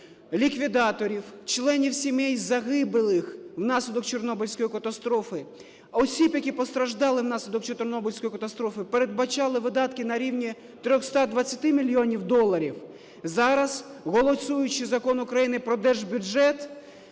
ліквідаторів, членів сімей загиблих внаслідок Чорнобильської катастрофи, осіб, які постраждали внаслідок Чорнобильської катастрофи, передбачали видатки на рівні 320 мільйонів доларів, зараз, голосуючи Закон України про Держбюджет,